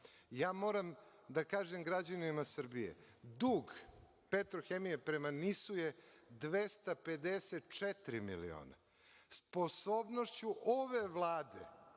Moram da kažem građanima Srbije. Dug „Petrohemije“ prema NIS-u je 254 miliona. Sposobnošću ove Vlade,